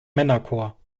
männerchor